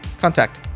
contact